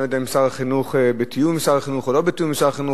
אני לא יודע אם בתיאום עם שר החינוך או לא בתיאום עם שר החינוך,